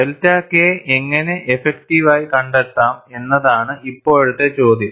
delta K എങ്ങനെ effective ആയി കണ്ടെത്താം എന്നതാണ് ഇപ്പോഴത്തെ ചോദ്യം